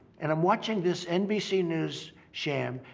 and i'm watching this nbc news sham,